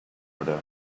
hora